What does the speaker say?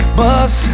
bus